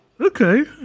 Okay